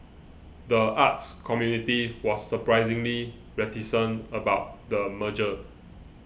the arts community was surprisingly reticent about the merger